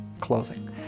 clothing